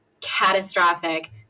catastrophic